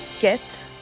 get